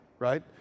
right